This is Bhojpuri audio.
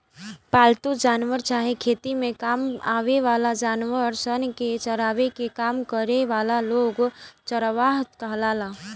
पालतू जानवर चाहे खेती में काम आवे वाला जानवर सन के चरावे के काम करे वाला लोग चरवाह कहाला